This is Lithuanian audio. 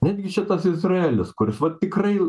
netgi šitas izraelis kuris vat tikrai